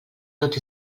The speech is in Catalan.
tot